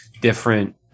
different